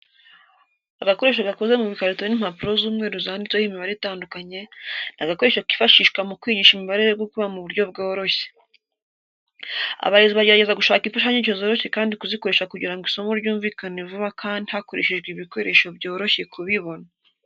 Agakoresho gakoze mu bikarito n'impapuro z'umweru zanditseho imibare itandukanye, ni agakoresho kifashishwa mu kwigisha imibare yo gukuba mu buryo bworoshye. Abarezi bagerageza gushaka imfashanyigisho zoroshye kuzikoresha kugira ngo isomo ryumvikane vuba kandi hakoreshejwe ibikoresho byoroshye kubibona.